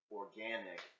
organic